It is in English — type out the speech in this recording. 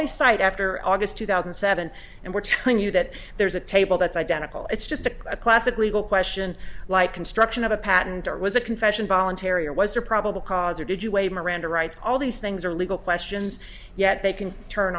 they cite after august two thousand and seven and we're telling you that there's a table that's identical it's just a classic legal question like construction of a patent or was a confession voluntary or was there probable cause or did you a miranda rights all these things are legal questions yet they can turn